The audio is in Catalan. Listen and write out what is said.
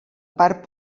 part